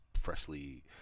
freshly